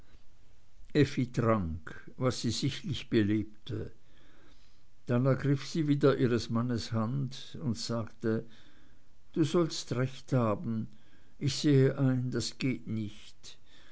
trank was sie sichtlich belebte dann ergriff sie wieder ihres mannes hand und sagte du sollst recht haben ich sehe ein das geht nicht